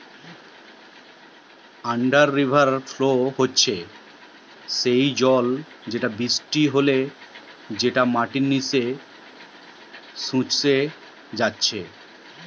under river flow হতিছে সেই জল যেটা বৃষ্টি হলে যেটা মাটির নিচে শুষে যাইতিছে